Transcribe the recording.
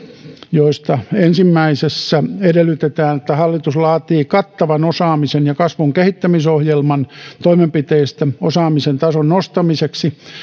joista ensimmäisessä edellytetään että hallitus laatii kattavan osaamisen ja kasvun kehittämisohjelman toimenpiteistä osaamisen tason nostamiseksi